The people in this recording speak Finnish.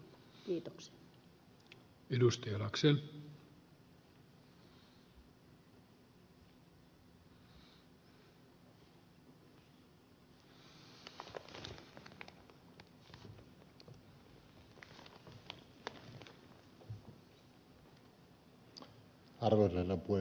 arvoisa herra puhemies